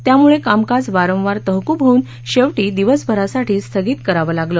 त्यामुळे कामकाज वारंवार तहकूब होऊन शेवटी दिवसभरासाठी स्थगित करावं लागलं